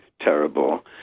terrible